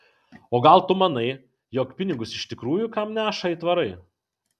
o gal tu manai jog pinigus iš tikrųjų kam neša aitvarai